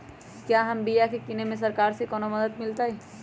क्या हम बिया की किने में सरकार से कोनो मदद मिलतई?